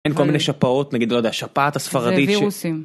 אין כל מיני שפעות, נגיד, לא יודע, השפעת הספרדית ש... זה וירוסים.